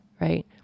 Right